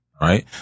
right